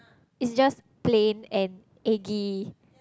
it's just plain and eggy